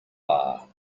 are